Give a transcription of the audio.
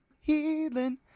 healing